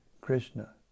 Krishna